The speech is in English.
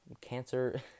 cancer